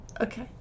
Okay